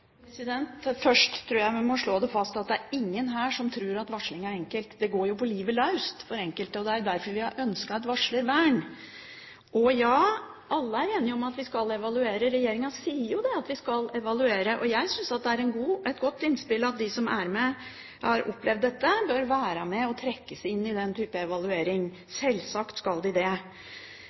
Først tror jeg vi må slå fast at det er ingen her som tror at varsling er enkelt. Det går jo på livet løs for enkelte. Derfor har vi ønsket et varslervern. Og ja, alle er enige om at vi skal evaluere. Regjeringen sier at vi skal evaluere. Jeg synes det er et godt innspill at de som har opplevd dette, bør være med og trekkes inn i den typen evaluering – sjølsagt skal de det.